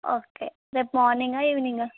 okay రేపు morning evening ఆ